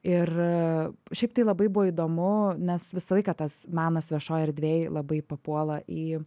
ir šiaip tai labai buvo įdomu nes visą laiką tas menas viešoj erdvėj labai papuola į